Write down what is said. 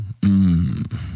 mmm